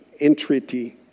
entreaty